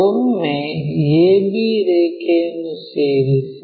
ಒಮ್ಮೆ ab ರೇಖೆಯನ್ನು ಸೇರಿಸಿ